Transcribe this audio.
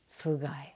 Fugai